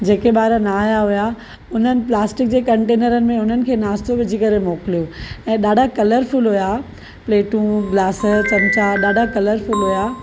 जेके बा॒र न आया हुया उन्हनि प्लास्टिक जे कंटेनरनि में उन्हनि खे नाश्तो विझी करे मोकिलियो ऐं डा॒ढा कलरफुल हुया प्लेटूं ग्लास चमिचा डा॒ढा कलरफुल हुया